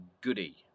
Goody